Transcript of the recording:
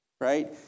Right